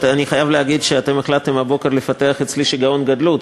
אני חייב להגיד שאתם החלטתם הבוקר לפתח אצלי שיגעון גדלות.